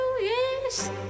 yes